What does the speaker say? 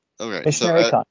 Okay